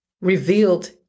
revealed